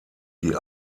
die